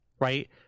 Right